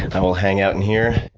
and i will hang out in here,